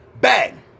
Bang